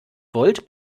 volt